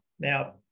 Now